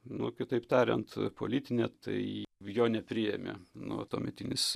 nu kitaip tariant politinė tai jo nepriėmė nu tuometinis